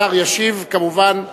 השר ישיב כמובן,